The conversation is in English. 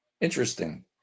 interesting